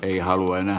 ei halua enää